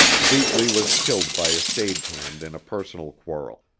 beatley was killed by a stage hand in a personal quarrel,